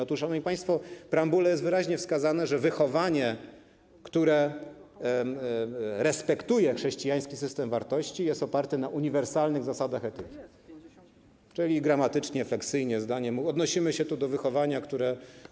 Otóż, szanowni państwo, w preambule jest wyraźne wskazane, że wychowanie, które respektuje chrześcijański system wartości, jest oparte na uniwersalnych zasadach etyki, czyli gramatycznie, fleksyjnie odnosimy się tu zdaniem do wychowania, które.